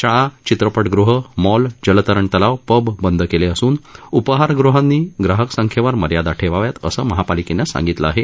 शाळा चित्रपटगृहं मॉल जलतरण तलाव पब बंद केले असून उपाहारगृहांनी ग्राहकसंख्येवर मर्यादा ठेवाव्यात असं महापालिकेनं सांगितलं आहे